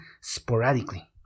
sporadically